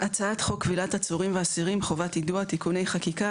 "הצעת חוק כבילת עצורים ואסירים (חובת יידוע) (תיקוני חקיקה),